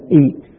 eat